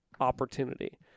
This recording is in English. opportunity